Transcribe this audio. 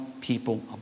people